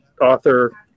author